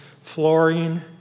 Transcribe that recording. fluorine